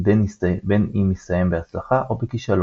– בין אם יסתיים בהצלחה או בכישלון,